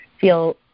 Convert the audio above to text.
feel